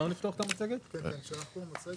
אנחנו ניתן איזו שהיא סקירה